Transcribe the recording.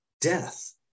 Death